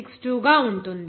962 గా ఉంటుంది